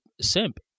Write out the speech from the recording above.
simp